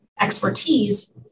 expertise